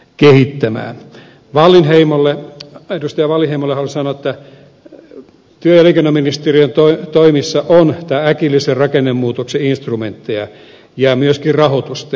edustaja wallinheimolle haluan sanoa että työ ja elinkeinoministeriön toimissa on äkillisen rakennemuutoksen instrumentteja ja myöskin rahoitusta